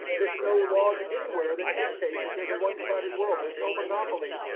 there's no laws anywhere that dictate that there's a one sided world. there's no monopoly.